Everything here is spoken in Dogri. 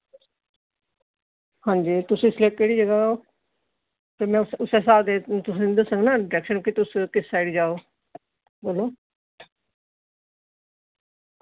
हांजी तुस इसलै केह्ड़ी जगह ओ ते में उस उस्सै स्हाब दे तुसें दस्संग ना डरैक्शन कि तुस किस साइड जाओ बोल्लो